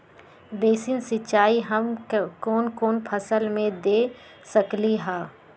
Basin सिंचाई हम कौन कौन फसल में दे सकली हां?